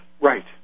Right